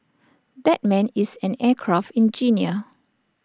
that man is an aircraft engineer